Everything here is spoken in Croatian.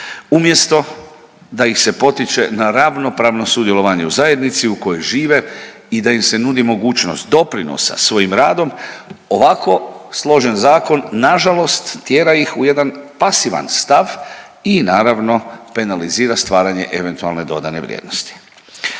Umjesto da ih se potiče na ravnopravno sudjelovanje u zajednici u kojoj žive i da im se nudi mogućnost doprinosa svojim radom, ovako složen zakon nažalost, tjera ih u jedan pasivan stav i naravno, penalizira stvaranje eventualne dodane vrijednosti.